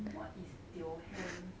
what is tio hang